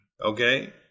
Okay